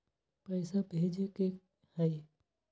पैसा भेजे के हाइ?